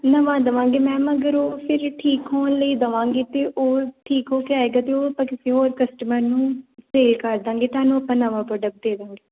ਨਵਾਂ ਦੇਵਾਂਗੇ ਮੈਮ ਅਗਰ ਉਹ ਠੀਕ ਫਿਰ ਠੀਕ ਹੋਣ ਲਈ ਦੇਵਾਂਗੇ ਅਤੇ ਉਹ ਠੀਕ ਹੋ ਕੇ ਆਏਗਾ ਅਤੇ ਉਹ ਆਪਾਂ ਕਿਸੇ ਹੋਰ ਕਸਟਮਰ ਨੂੰ ਪੇ ਕਰ ਦਾਂਗੇ ਤੁਹਾਨੂੰ ਆਪਾਂ ਨਵਾਂ ਪ੍ਰੋਡਕਟ ਦੇ ਦਾਂਗੇ